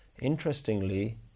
Interestingly